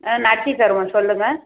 ஆ நடத்தி தருவோம் சொல்லுங்கள்